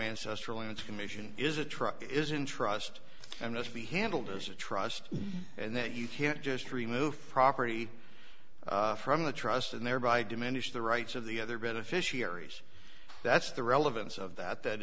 ancestrally its commission is a truck is in trust and must be handled as a trust and that you can't just remove property from the trust and thereby diminish the rights of the other beneficiaries that's the relevance of that that